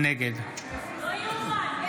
נגד לא יאומן, נגד.